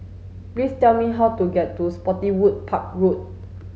please tell me how to get to Spottiswoode Park Road